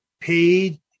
paid